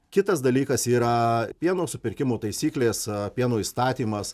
kitas dalykas yra pieno supirkimo taisyklės pieno įstatymas